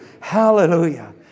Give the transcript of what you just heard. Hallelujah